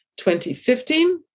2015